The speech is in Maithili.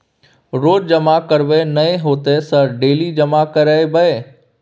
रोज जमा करबे नए होते सर डेली जमा करैबै?